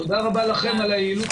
תודה רבה לכם על היעילות